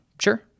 Sure